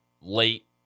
late